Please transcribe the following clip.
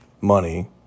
money